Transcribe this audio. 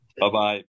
Bye-bye